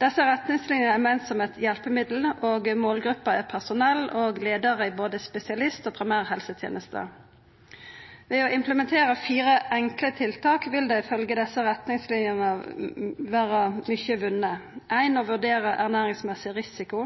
retningslinjene er meint som eit hjelpemiddel, og målgruppa er personell og leiarar i både spesialisthelsetenesta og primærhelsetenesta. Ifølgje retningslinjene vil mykje verta vunne ved å implementera fire enkle tiltak: «1. Å vurdere ernæringsmessig risiko